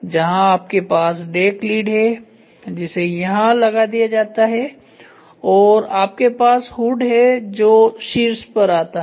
जहां आपके पास डेक लीड है जिसे यहां लगा दिया जाता है और आपके पास हुड है जो शीर्ष पर आता है